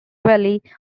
valley